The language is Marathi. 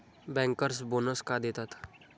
बँकर्स बोनस का देतात?